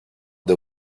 the